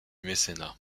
mécénat